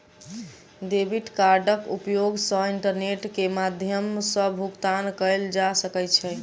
debit कार्डक उपयोग सॅ इंटरनेट के माध्यम सॅ भुगतान कयल जा सकै छै